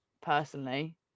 personally